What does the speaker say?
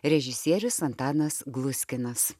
režisierius antanas gluskinas